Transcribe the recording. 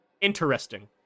Interesting